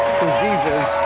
diseases